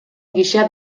gisa